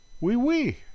Wee-wee